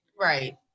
Right